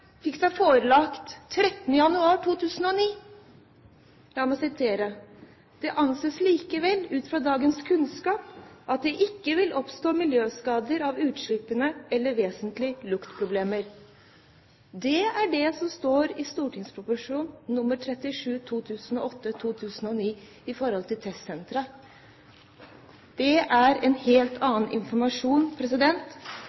seg forelagt 13. januar 2009. La meg sitere: «Det anses likevel, ut fra dagens kunnskap, at det ikke vil oppstå miljøskader av utslippene eller vesentlige luktproblemer.» Det er det som står i St.prp. nr. 38 for 2008–2009 i forhold til testsenteret. Det er en helt